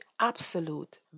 absolute